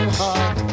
heart